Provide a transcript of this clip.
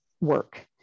work